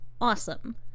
Awesome